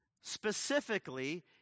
Specifically